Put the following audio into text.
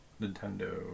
Nintendo